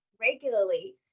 regularly